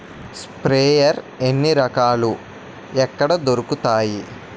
Sprayer ఎన్ని రకాలు? ఎక్కడ దొరుకుతాయి?